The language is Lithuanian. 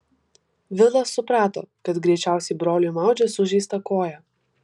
vilas suprato kad greičiausiai broliui maudžia sužeistą koją